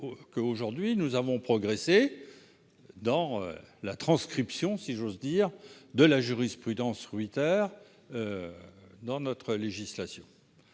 aujourd'hui nous avons progressé dans la transcription, si j'ose dire, de la jurisprudence dans notre législation.